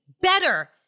better